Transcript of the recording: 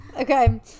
Okay